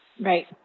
Right